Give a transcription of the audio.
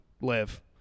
Live